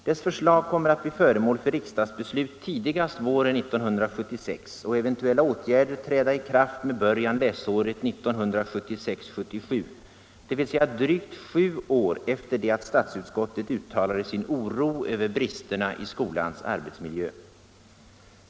Dess förslag kommer att bli föremål för riksdagsbeslut tidigast våren 1976 och eventuella åtgärder träda i kraft med början läsåret 1976/77, dvs. drygt sju år efter det att statsutskottet uttalade sin oro över bristerna i skolans arbetsmiljö.